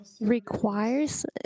requires